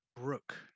Brooke